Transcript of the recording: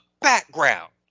background